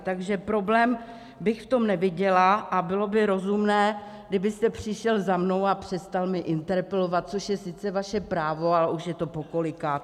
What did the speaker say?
Takže problém bych v tom neviděla a bylo by rozumné, kdybyste přišel za mnou a přestal mě interpelovat, což je sice vaše právo, ale už je to pokolikáté.